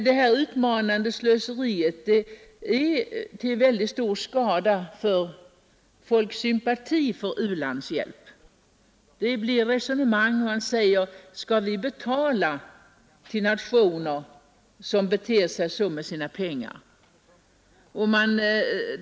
Det utmanande slöseriet i samband med jubileet har varit till mycket stor skada när det gäller människors intresse för att ge u-landshjälp. Man säger t.ex.: Skall vi betala till nationer som beter sig på det sättet med sina pengar?